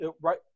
right